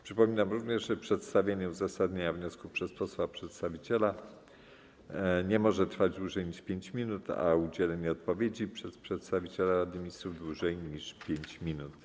Przypominam również, że przedstawienie uzasadnienia wniosku przez posła przedstawiciela nie może trwać dłużej niż 5 minut, a udzielenie odpowiedzi przez przedstawiciela Rady Ministrów - dłużej niż 5 minut.